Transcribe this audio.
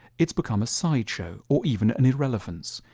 it's become a side show or even an irrelevance.